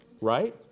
Right